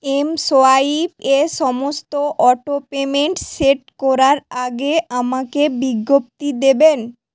mSwipe এ সমস্ত auto payment set করার আগে আমাকে বিজ্ঞপ্তি দেবেন